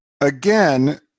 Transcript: again